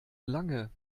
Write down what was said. lange